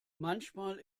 manchmal